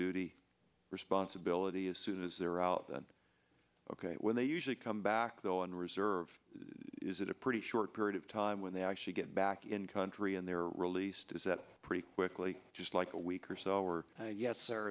duty responsibility as soon as they're out when they usually come back though in reserve is it a pretty short period of time when they actually get back in country and they're released is that pretty quickly just like a week or so or yes